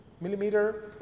millimeter